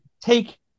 take